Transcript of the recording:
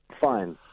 fine